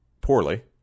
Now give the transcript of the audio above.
poorly